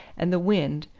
and the wind,